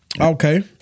Okay